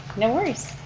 no worries.